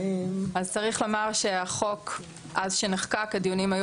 צריך לומר שהחוק אז כשנחקק הדיונים היו